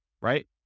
right